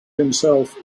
himself